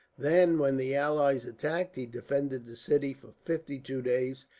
then, when the allies attacked, he defended the city for fifty-two days,